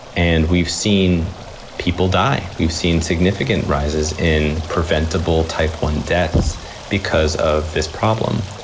and we've seen people die. we've seen significant rises in preventable type one deaths because of this problem.